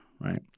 right